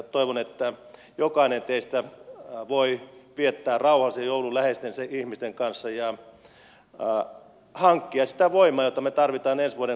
toivon että jokainen teistä voi viettää rauhallisen joulun läheistensä ihmisten kanssa ja hankkia sitä voimaa jota me tarvitsemme ensi vuoden koetuksiin